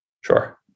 Sure